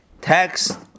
text